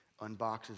Unboxes